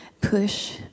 push